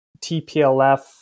TPLF